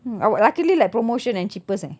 mm luckily like promotion and cheapest eh